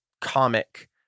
comic